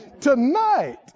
Tonight